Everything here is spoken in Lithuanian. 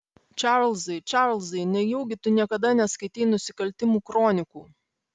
čarlzai čarlzai nejaugi tu niekada neskaitei nusikaltimų kronikų